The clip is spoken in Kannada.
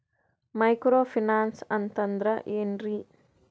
ಮೈಕ್ರೋ ಫೈನಾನ್ಸ್ ಅಂತಂದ್ರ ಏನ್ರೀ?